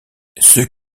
ceux